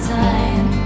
time